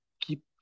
keep